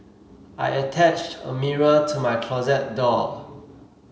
I attached a mirror to my closet door